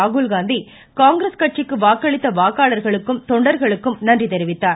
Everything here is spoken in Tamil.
ராகுல்காந்தி காங்கிரஸ் கட்சிக்கு வாக்களித்த வாக்காளர்களுக்கும் தொண்டர்களுக்கும் நன்றி தெரிவித்தார்